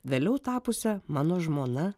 vėliau tapusia mano žmona